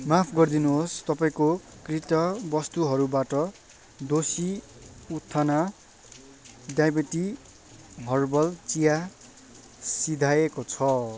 माफ गरिदिनु होस् तपाईँको कृत वस्तुहरूबाट दोषी उत्थाना डायबेटी हर्बल चिया सिध्याएको छ